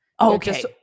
Okay